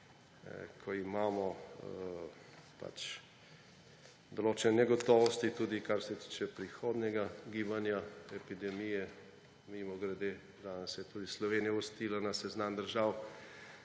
ko imamo določene negotovosti, tudi kar se tiče prihodnjega gibanja epidemije. Mimogrede, danes se je tudi Slovenija uvrstila na seznam držav,